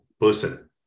person